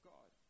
God